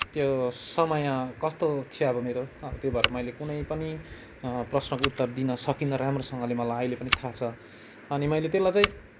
तर पनि त्यो समय कस्तो थियो अब मेरो त्यो भएर अब मैले कुनैपनि प्रश्नको उत्तर दिन सकिनँ राम्रोसँगले मलाई अहिले पनि थाहा छ अनि मैले त्यसलाई चाहिँ